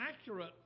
accurate